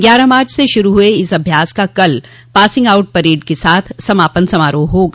ग्यारह मार्च से शुरू हुये इस अभ्यास का कल पासिंग आउट के साथ समापन समारोह होगा